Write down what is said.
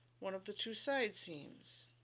one of the two side seams.